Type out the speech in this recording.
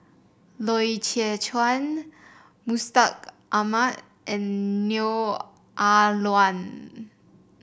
Loy Chye Chuan Mustaq Ahmad and Neo Ah Luan